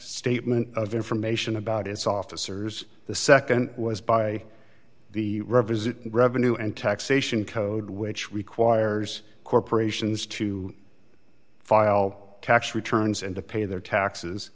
statement of information about its officers the nd was by the revenue and taxation code which requires corporations to file tax returns and to pay their taxes